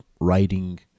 writing